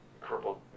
crippled